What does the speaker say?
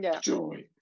joy